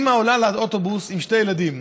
אימא עולה לאוטובוס עם שני ילדים,